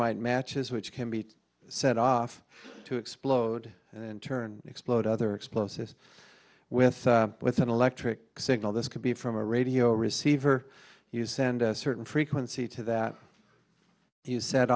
thermite matches which can be set off to explode and turn explode other explosives with with an electric signal this could be from a radio receiver you send a certain frequency to that you set